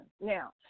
Now